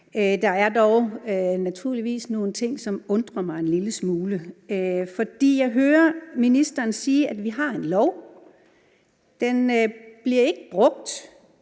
Der er dog naturligvis nogle ting, som undrer mig en lille smule. For jeg hører ministeren sige, at vi har en lov. Den bliver ikke brugt.